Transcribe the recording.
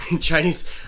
Chinese